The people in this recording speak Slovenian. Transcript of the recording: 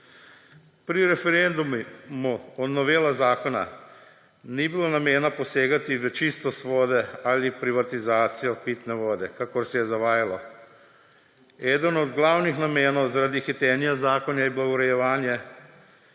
Pri referendumu o noveli zakona ni bil namen posegati v čistost vode ali privatizacijo pitne vode, kakor se je zavajalo. Eden od glavnih namenov zakona, zaradi hitenja, je bilo urejevanje